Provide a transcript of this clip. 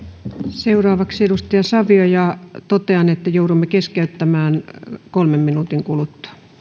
seuraavaksi edustaja savio ja totean että joudumme keskeyttämään kolmen minuutin